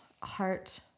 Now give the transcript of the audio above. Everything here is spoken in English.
heart